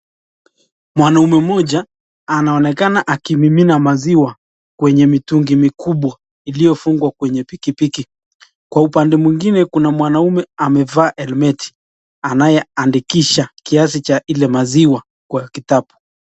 Mwanaume moja anaonekana akimimina maziwa kwenye mitungi mikubwa iliyofungwa kwenye pikipiki. Kwa upande mwingine kuna mwanaume amevaa helmeti anayeandikisha kiasi cha ile maziwa kwa kitabu.